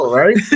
right